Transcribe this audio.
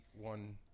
one